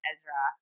Ezra